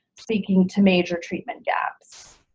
speaking to major treatment gaps.